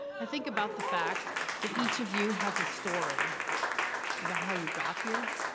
i think about the fact that each of you has a story about how you got here,